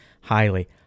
highly